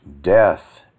Death